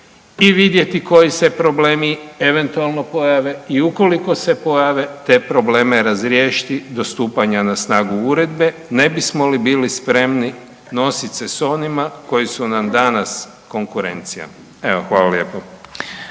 i vidjeti koji se problemi eventualno pojave i ukoliko se pojave, te probleme razriješiti do stupanja na snagu Uredbe, ne bismo li bili spremni nositi se s onima koji su nam danas konkurencija. Evo, hvala lijepo.